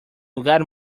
lugar